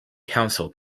council